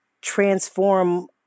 transform